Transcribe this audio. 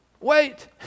Wait